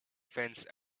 fence